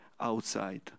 outside